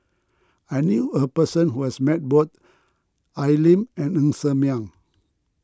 I knew a person who has met both Al Lim and Ng Ser Miang